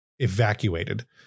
evacuated